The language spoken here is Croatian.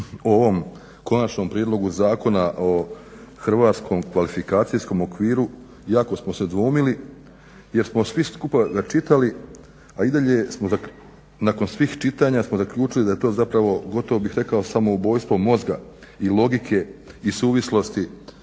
o ovom konačnom prijedlogu Zakona o hrvatskom kvalifikacijskom okviru jako smo se dvoumili jer smo ga svi skupa čitali, a i dalje nakon svih čitanja smo zaključili da je to zapravo gotovo bih rekao samoubojstvo mozga i logike i suvislosti